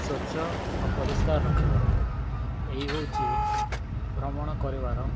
ସ୍ୱଚ୍ଛ ଅପରିଷ୍କାର ରଖିବ ଏହି ହେଉଛି ଭ୍ରମଣ କରିବାର